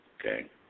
okay